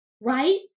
Right